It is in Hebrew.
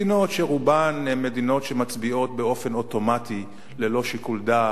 מדינות שרובן הן מדינות שמצביעות באופן אוטומטי ללא שיקול דעת,